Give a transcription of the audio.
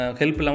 help